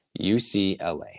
UCLA